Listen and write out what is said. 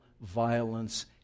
violence